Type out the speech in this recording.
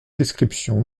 description